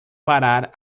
parar